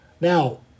Now